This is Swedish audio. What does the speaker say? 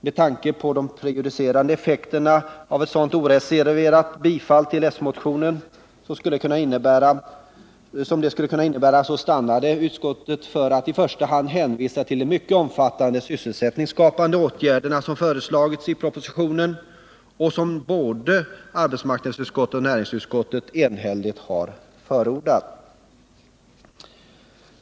Med tanke på de prejudicerande effekter ett oreserverat bifall till yrkandet i den socialdemokratiska motionen skulle kunna få stannade utskottet för att i första hand hänvisa till de mycket omfattande sysselsättningsskapande åtgärder som föreslagits i propositionen och som också både arbetsmarknadsutskottet och näringsutskottet enhälligt har förordat.